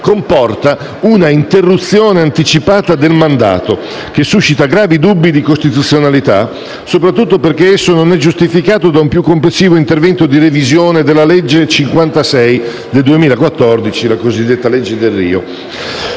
comporta una interruzione anticipata del mandato che suscita gravi dubbi di costituzionalità, soprattutto perché esso non è giustificato da un più complessivo intervento di revisione della legge n. 56 del 2014. Tale situazione conferma